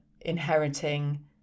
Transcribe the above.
inheriting